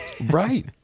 Right